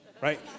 Right